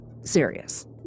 serious